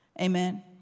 Amen